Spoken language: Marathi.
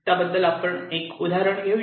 त्या बद्दल आपण एक उदाहरण घेऊ